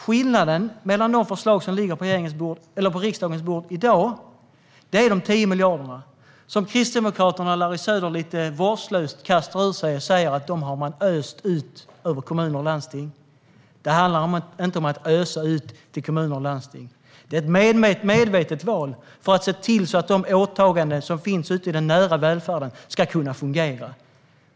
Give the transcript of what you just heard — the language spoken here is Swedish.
Skillnaden mellan de förslag som ligger på riksdagens bord i dag är de 10 miljarderna. Kristdemokraterna och Larry Söder kastar lite vårdslöst ur sig att man har öst ut dessa pengar till kommuner och landsting. Det handlar inte om att ösa ut pengar till kommuner och landsting. Det är ett medvetet val för att se till att de åtaganden som finns ute i den nära välfärden ska kunna fungera.